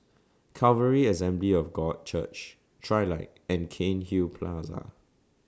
Calvary Assembly of God Church Trilight and Cairnhill Plaza